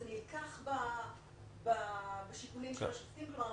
זה נלקח בשיקולים של השופטים.